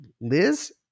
Liz